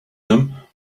them